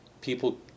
People